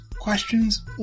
questions